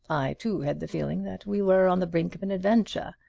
i, too, had the feeling that we were on the brink of an adventure.